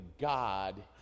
God